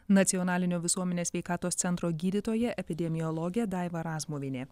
nacionalinio visuomenės sveikatos centro gydytoja epidemiologė daiva razmuvienė